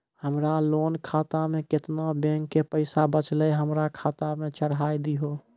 हमरा लोन खाता मे केतना बैंक के पैसा बचलै हमरा खाता मे चढ़ाय दिहो?